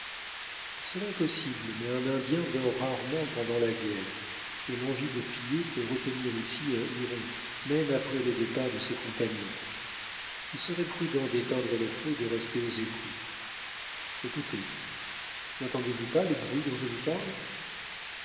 cela est possible mais un indien dort rarement pendant la guerre et l'envie de piller peut retenir ici un huron même après le départ de ses compagnons il serait prudent d'éteindre le feu et de rester aux écoutes écoutez nentendez vous pas le bruit dont je vous parle